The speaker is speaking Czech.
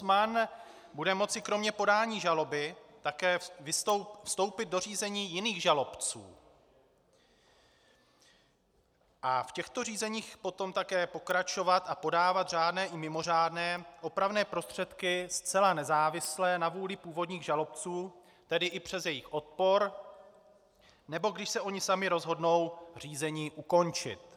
Ombudsman bude moci kromě podání žaloby také vstoupit do řízení jiných žalobců a v těchto řízeních potom také pokračovat a podávat řádné i mimořádné opravné prostředky zcela nezávisle na vůli původních žalobců, tedy i přes jejich odpor, nebo když se oni sami rozhodnou řízení ukončit.